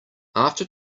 after